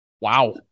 Wow